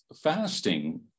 fasting